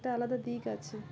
একটা আলাদা দিক আছে